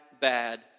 bad